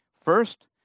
First